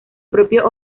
propio